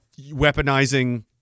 Weaponizing